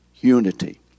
unity